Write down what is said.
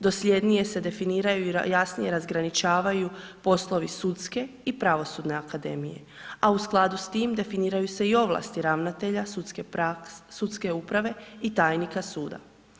Dosljednije se definiraju i jasnije razgraničavaju poslovi sudske i pravosudne akademije, a u skladu s tim definiraju se i ovlasti ravnatelja sudske uprave i tajnika suda.